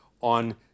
on